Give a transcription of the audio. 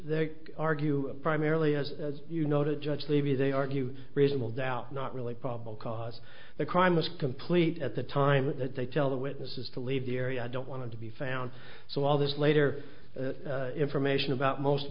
they argue primarily as you noted judge levy they argue reasonable doubt not really probable cause the crime was complete at the time that they tell the witnesses to leave the area i don't want to be found so all this later information about most